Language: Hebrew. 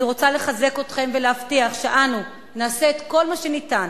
אני רוצה לחזק אתכם ולהבטיח שאנו נעשה את כל מה שניתן